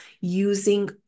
using